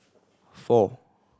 four